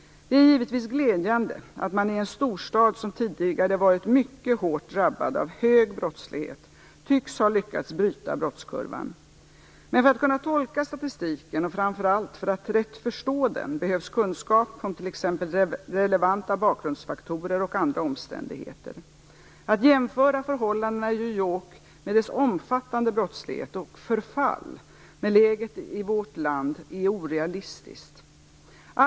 Det är givetvis glädjande att man i en storstad som tidigare varit mycket hårt drabbad av hög brottslighet tycks ha lyckats bryta brottskurvan. Men för att kunna tolka statistiken, och framför allt för att rätt förstå den, behövs kunskap om t.ex. relevanta bakgrundsfaktorer och andra omständigheter. Att jämföra förhållandena i New York med dess omfattande brottslighet och förfall med läget i vårt land är orealistiskt.